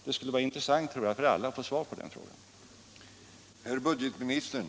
Det skulle vara intressant för alla att få svar på de här frågorna.